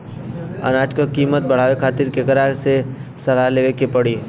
अनाज क कीमत बढ़ावे खातिर केकरा से सलाह लेवे के पड़ी?